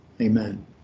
Amen